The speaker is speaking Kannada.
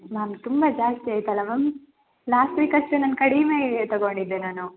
ಮ್ಯಾಮ್ ತುಂಬ ಜಾಸ್ತಿ ಆಯಿತಲ್ಲ ಮ್ಯಾಮ್ ಲಾಸ್ಟ್ ವೀಕ್ ಅಷ್ಟೇ ನಾನು ಕಡಿಮೆಗೆ ತಗೊಂಡಿದ್ದೆ ನಾನು